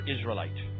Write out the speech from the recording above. Israelite